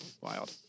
Wild